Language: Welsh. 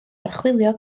archwilio